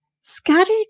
scattered